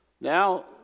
Now